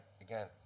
again